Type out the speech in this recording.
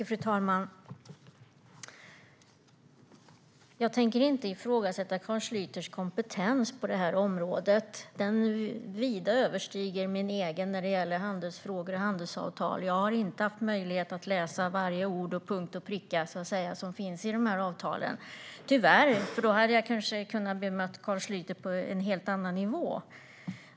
Fru talman! Jag tänker inte ifrågasätta Carl Schlyters kompetens på detta område, som vida överstiger min egen när det gäller handelsfrågor och handelsavtal. Jag har tyvärr inte haft möjlighet att till punkt och pricka läsa varje ord i dessa avtal. Då hade jag kanske kunnat bemöta Carl Schlyter på en helt annan nivå.